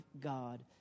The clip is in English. God